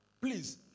please